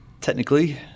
Technically